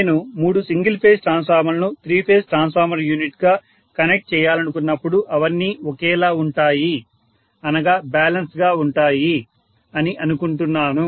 నేను మూడు single phase ట్రాన్స్ఫార్మర్లను త్రీ ఫేజ్ ట్రాన్స్ఫార్మర్ యూనిట్ గా కనెక్ట్ చేయాలనుకున్నప్పుడు అవన్నీ ఒకేలా ఉంటాయి అనగా బ్యాలెన్స్డ్ గా ఉంటాయి అని అనుకుంటున్నాను